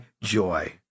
joy